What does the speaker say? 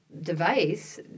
device